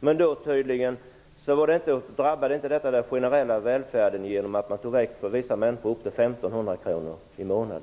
man tog bort upp till 1 500 kr i månaden för vissa människor drabbade tydligen inte den generella välfärden.